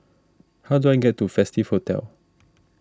how do I get to Festive Hotel